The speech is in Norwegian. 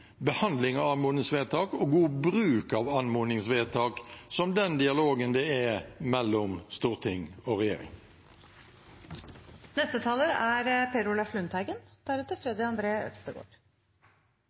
behandling av anmodningsvedtak og god bruk av anmodningsvedtak, som den dialogen det er mellom storting og